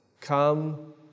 Come